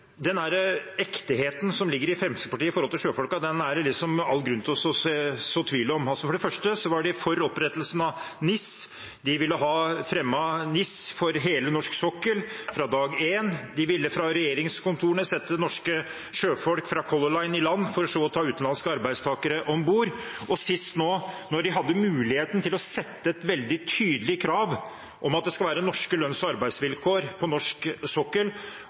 all grunn til å så tvil om. For det første var de for opprettelsen av NIS, de ville fremme NIS for hele norsk sokkel fra dag én, de ville fra regjeringskontorene sette norske sjøfolk fra Color Line i land, for så å ta utenlandske arbeidstakere om bord, og sist nå, når de hadde muligheten til å sette et veldig tydelig krav om at det skal være norske lønns- og arbeidsvilkår på norsk sokkel